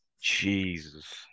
Jesus